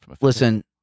listen